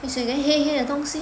为什么有一个黑黑的东西